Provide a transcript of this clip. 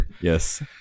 yes